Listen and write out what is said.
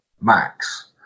max